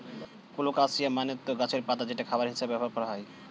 colocasia মানে তো গাছের পাতা যেটা খাবার হিসেবে ব্যবহার করা হয়